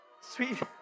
Sweet